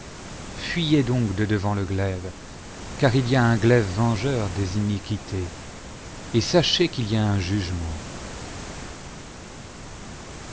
fuj'ez donc de devant le glaive car il y a un glaive vengeur des iniquités et sachez qu'il y a un jugement